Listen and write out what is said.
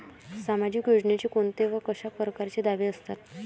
सामाजिक योजनेचे कोंते व कशा परकारचे दावे असतात?